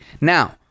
Now